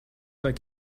like